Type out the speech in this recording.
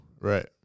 Right